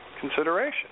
consideration